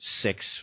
six